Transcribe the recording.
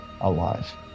alive